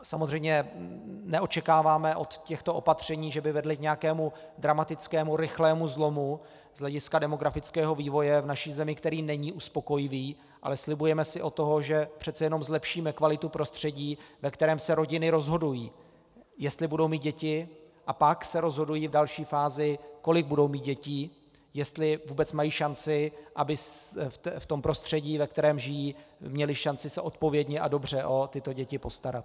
Samozřejmě neočekáváme od těchto opatření, že by vedla k nějakému dramatického a rychlému zlomu z hlediska demografického vývoje v naší zemi, který není uspokojivý, ale slibujeme si od toho, že přece jenom zlepšíme kvalitu prostředí, ve kterém se rodiny rozhodují, jestli budou mít děti, a pak se rozhodují v další fázi, kolik budou mít dětí, jestli vůbec mají šanci, se v prostředí, ve kterém žijí, odpovědně a dobře o děti postarat.